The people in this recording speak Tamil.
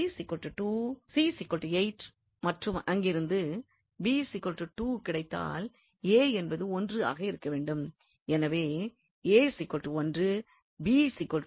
மற்றும் அங்கிருந்து கிடைத்தால் என்பது 1 ஆக இருக்க வேண்டும்